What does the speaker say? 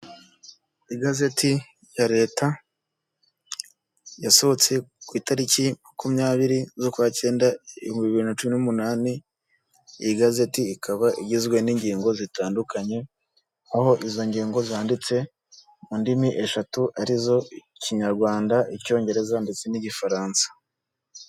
Igazeti ya leta, yasohotse ku itariki makumyabiri z'ukwa kenda ibihumbi bibiri na cumi n'umunani, iyi gazeti ikaba igizwe n'ingingo zitandukanye, aho izo ngingo zanditse mu ndimi eshatu arizo: ikinyarwanda, icyongereza, ndetse n'igifaransa.